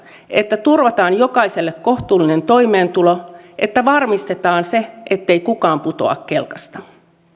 että turvataan jokaiselle kohtuullinen toimeentulo että varmistetaan se ettei kukaan putoa kelkasta